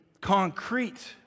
concrete